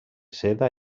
seda